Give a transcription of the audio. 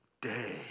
day